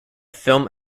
film